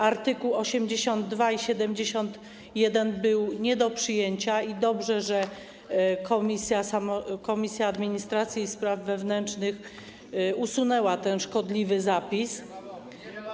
Art. 82 i 71 były nie do przyjęcia i dobrze, że Komisja Administracji i Spraw Wewnętrznych usunęła te szkodliwe zapisy.